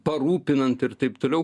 parūpinant ir taip toliau